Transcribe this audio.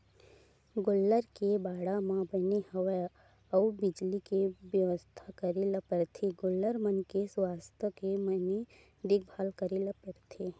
गोल्लर के बाड़ा म बने हवा अउ बिजली के बेवस्था करे ल परथे गोल्लर मन के सुवास्थ के बने देखभाल करे ल परथे